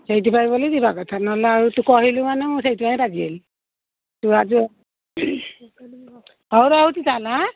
ସେଇଥିପାଇଁ ବୋଲି ଯିବା କଥା ନହେଲେ ଆଉ ତୁ କହିଲୁ ମାନେ ମୁଁ ସେଇଥିପାଇଁ ରାଜିହେଲି ତୁ ହଉ ରହୁଛି ତାହେଲେ ହାଁ